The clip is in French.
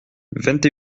vingt